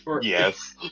Yes